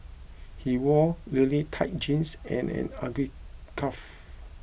he wore really tight jeans and an ugly scarf